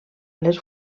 les